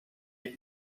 tape